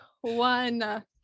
One